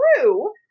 true